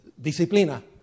disciplina